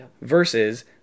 versus